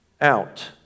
out